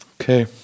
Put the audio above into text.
Okay